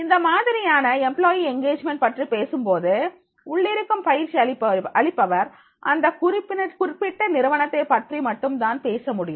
இந்த மாதிரியான employee engagement பற்றி பேசும்போது உள்ளிருக்கும் பயிற்சி அளிப்பவர் அந்த குறிப்பிட்ட நிறுவனத்தைப் பற்றி மட்டும்தான் பேச முடியும்